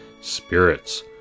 spirits